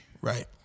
Right